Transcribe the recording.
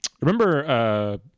remember